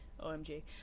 omg